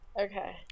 Okay